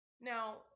Now